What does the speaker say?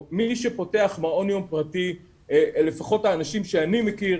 מי שפותח מעון יום פרטי, לפחות האנשים שאני מכיר,